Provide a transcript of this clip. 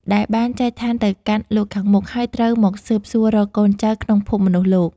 ដែលបានចែកឋានទៅកាន់លោកខាងមុខ ហើយត្រូវមកស៊ើបសួររកកូនចៅក្នុងភពមនុស្សលោក។